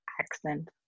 accent